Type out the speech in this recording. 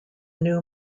new